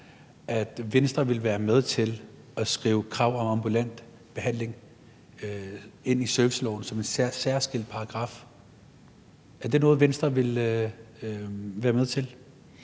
at Venstre vil være med til at skrive krav om ambulant behandling ind i serviceloven som en særskilt paragraf. Er det noget, Venstre vil være med til?